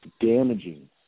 damaging